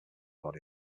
body